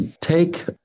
take